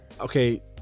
okay